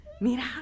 Mira